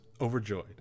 overjoyed